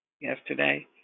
yesterday